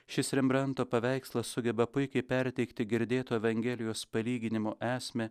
šis rembranto paveikslas sugeba puikiai perteikti girdėto evangelijos palyginimo esmę